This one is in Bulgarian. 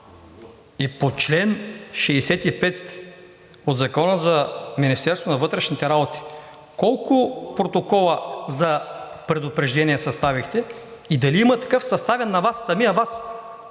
И по чл. 65 от Закона за Министерството на вътрешните работи колко протокола за предупреждение съставихте и дали има такъв съставен на самия Вас